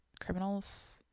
Criminals